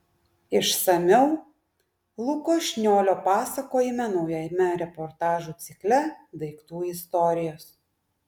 išsamiau luko šniolio pasakojime naujame reportažų cikle daiktų istorijos